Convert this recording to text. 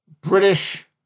British